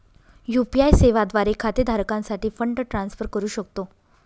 UPI सेवा द्वारे खाते धारकासाठी फंड ट्रान्सफर करू शकतो